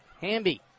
Hamby